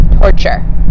torture